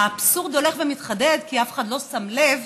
האבסורד הולך ומתחדד כי אף אחד לא שם לב